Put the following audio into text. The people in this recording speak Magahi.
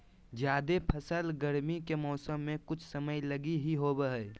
जायद फसल गरमी के मौसम मे कुछ समय लगी ही होवो हय